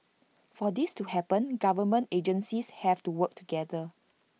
for this to happen government agencies have to work together